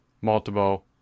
multiple